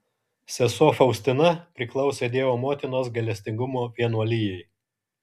sesuo faustina priklausė dievo motinos gailestingumo vienuolijai